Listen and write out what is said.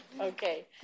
Okay